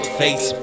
face